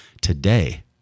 today